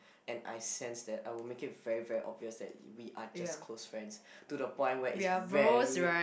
and I sense that I would make it very very obvious that we are just close friends to the point where is very